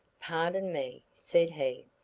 pardon me, said he,